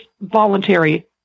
voluntary